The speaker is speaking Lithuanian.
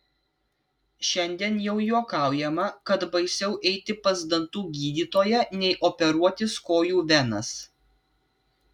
šiandien jau juokaujama kad baisiau eiti pas dantų gydytoją nei operuotis kojų venas